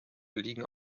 liegen